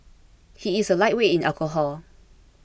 he is a lightweight in alcohol